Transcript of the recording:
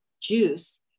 juice